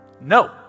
No